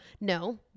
no